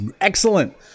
Excellent